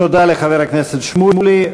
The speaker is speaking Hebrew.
תודה לחבר הכנסת שמולי.